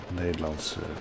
nederlandse